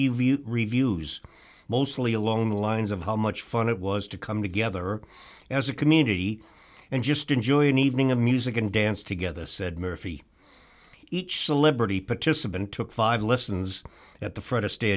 rave reviews mostly along the lines of how much fun it was to come together as a community and just enjoy an evening of music and dance together said murphy each celebrity participant took five lessons at the fr